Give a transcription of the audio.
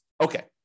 Okay